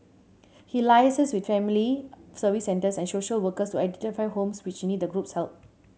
he liaises with family Service Centres and social workers to identify homes which need the group's help